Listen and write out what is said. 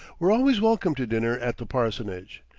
were always welcome to dinner at the parsonage,